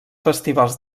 festivals